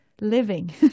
living